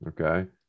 okay